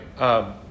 Right